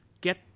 Get